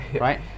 Right